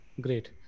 great